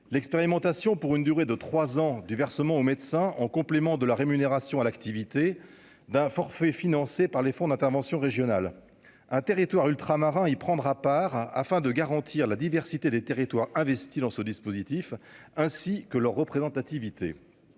l'expérimentation pour une durée de 3 ans du versement au médecin, en complément de la rémunération à l'activité d'un forfait, financé par les fonds d'intervention régional un territoire ultramarin, il prendra part, afin de garantir la diversité des territoires investi dans ce dispositif, ainsi que leur représentativité,